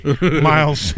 Miles